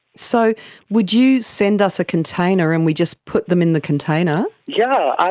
so would you send us a container and we just put them in the container? yeah,